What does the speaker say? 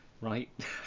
Right